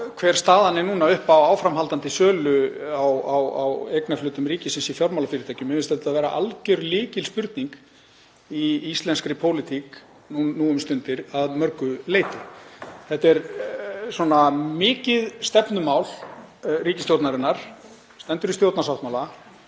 Hver staðan er núna upp á áframhaldandi sölu á eignarhlutum ríkisins í fjármálafyrirtækjum finnst mér að mörgu leyti vera algjör lykilspurning í íslenskri pólitík nú um stundir. Þetta er mikið stefnumál ríkisstjórnarinnar og stendur í stjórnarsáttmála.